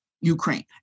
Ukraine